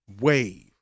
wave